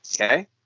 Okay